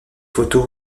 photos